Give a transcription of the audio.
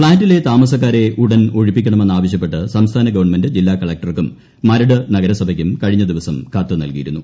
ഫ്ളാറ്റിലെ താമസക്കാരെ ഉടൻ ഒഴിപ്പിക്കണമെന്ന് ആവശ്യപ്പെട്ട് സംസ്ഥാന ഗവൺമെന്റ് ജില്ലാ കളകൂർക്കും മരട് നഗരസഭയ്ക്കും കഴിഞ്ഞ ദിവസം കത്ത് നൽകിയിരുന്നു